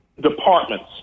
departments